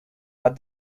but